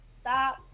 Stop